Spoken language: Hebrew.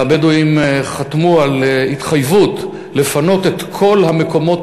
והבדואים חתמו על התחייבות לפנות את כל המקומות